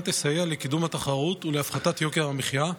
תסייע לקידום התחרות ולהפחתת יוקר המחיה,